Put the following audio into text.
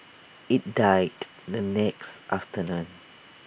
IT died the next afternoon